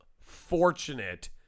fortunate